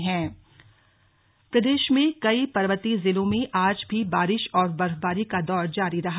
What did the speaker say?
मौसम प्रदेश के कई पर्वतीय जिलों में आज भी बारिश और बर्फबारी का दौर जारी रहा